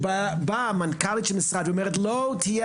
כשבאה המנכ"לית של המשרד ואומרת שלא תהיה